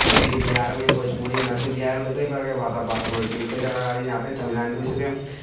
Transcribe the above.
जैसेकि बिहारमे भोजपुरी मैथिली बिहारमे तऽ कए प्रकारके भाषा बोलल जाइ छै लेकिन कई सारा राज्य हइ यहाँपे जैसे तमिलनाडु ईसभके